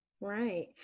right